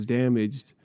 damaged